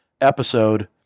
episode